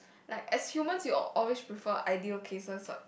like as humans you would always prefer ideal cases lah